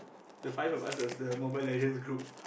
the five of us was the Mobile-Legends group